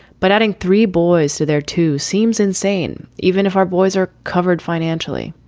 but adding three boys to their two seems insane. even if our boys are covered financially,